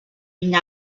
une